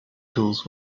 tools